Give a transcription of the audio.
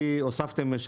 הוספתם,